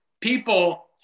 people